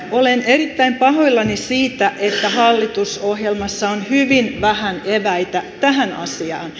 olen erittäin pahoillani siitä että hallitusohjelmassa on hyvin vähän eväitä tähän asiaan